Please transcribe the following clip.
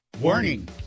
Warning